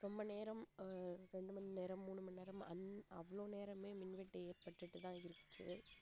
ரொம்ப நேரம் ரெண்டு மணிநேரம் மூணு மணிநேரம் அவ்வளோ நேரம் மின்வெட்டு ஏற்பட்டுகிட்டு தான் இருக்கு